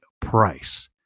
price